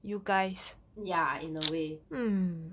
ya in a way